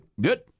Good